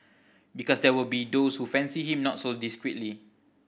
because there will be those who fancy him not so discreetly